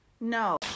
No